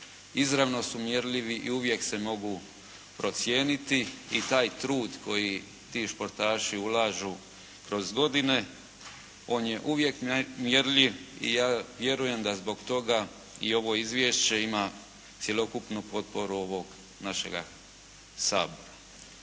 izravno su mjerljivi i uvijek se mogu procijeniti i taj trud koji ti športaši ulažu kroz godine on je uvijek mjerljiv. I ja vjerujem da zbog toga i ovo izvješće ima cjelokupnu potporu ovoga našega Sabora.